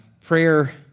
prayer